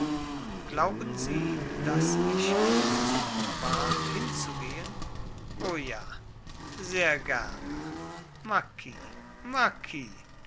glauben sie daß ich in versuchung war hinzugehen o ja sehr gerne